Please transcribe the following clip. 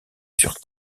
sur